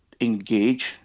engage